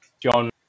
john